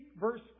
verse